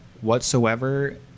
whatsoever